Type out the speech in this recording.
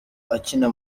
akina